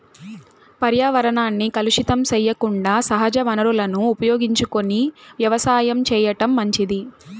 పర్యావరణాన్ని కలుషితం సెయ్యకుండా సహజ వనరులను ఉపయోగించుకొని వ్యవసాయం చేయటం మంచిది